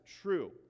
true